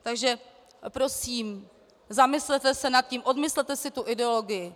Takže prosím, zamyslete se nad tím, odmyslete si tu ideologii.